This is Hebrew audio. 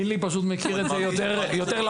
קינלי מכיר את זה יותר לעומק.